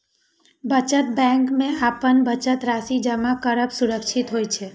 बचत बैंक मे अपन बचत राशि जमा करब सुरक्षित होइ छै